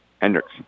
Hendricks